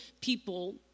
people